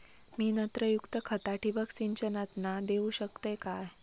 मी नत्रयुक्त खता ठिबक सिंचनातना देऊ शकतय काय?